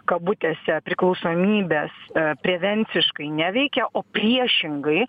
kabutėse priklausomybes prevenciškai neveikia o priešingai